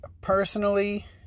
personally